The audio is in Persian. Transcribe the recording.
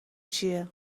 چیه